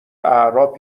اعراب